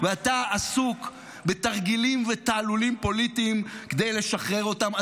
ואתה עסוק בתרגילים ותעלולים פוליטיים כדי לשחרר אותם.